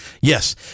Yes